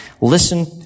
Listen